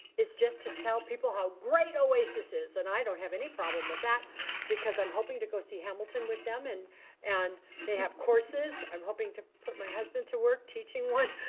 is just to tell people how great oasis is and i don't have any problem with that because i'm hoping to go see hamilton with them and and they have courses. i'm hoping to put my husband to work teaching one.